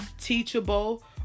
teachable